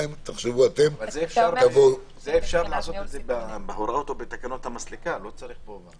אפשר לעשות את זה בהוראות או תקנות המסלקה, לא פה.